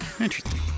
Interesting